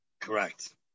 Correct